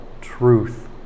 truth